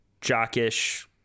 jockish